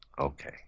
Okay